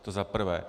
To za prvé.